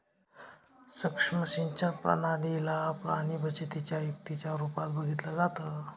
सुक्ष्म सिंचन प्रणाली ला पाणीबचतीच्या युक्तीच्या रूपात बघितलं जातं